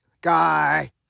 guy